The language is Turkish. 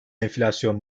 enflasyon